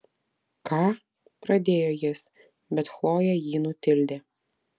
ką pradėjo jis bet chlojė jį nutildė